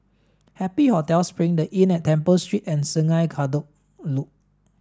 Happy Hotel Spring The Inn at Temple Street and Sungei Kadut Loop